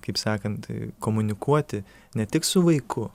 kaip sakant komunikuoti ne tik su vaiku